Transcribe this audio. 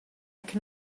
can